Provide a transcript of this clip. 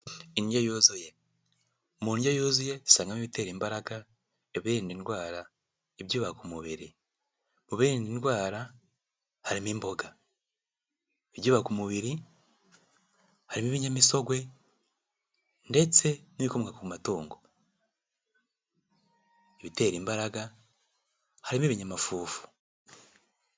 Indyo yuzuye, mu ndyo yuzuye dusangamo ibitera imbaraga, ibirinda indwara, ibyubaka umubiri. Mu birinda indwara harimo imboga. Ibyubaka umubiri harimo ibinyamisogwe ndetse n'ibikomoka ku matungo. Ibitera imbaraga harimo ibinyamafufu.